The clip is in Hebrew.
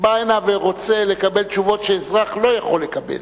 בא הנה ורוצה לקבל תשובות שאזרח לא יכול לקבל,